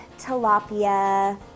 tilapia